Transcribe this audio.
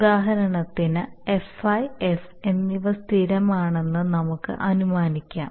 ഉദാഹരണത്തിന് Fi F എന്നിവ സ്ഥിരമാണെന്ന് നമുക്ക് അനുമാനിക്കാം